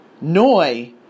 Noi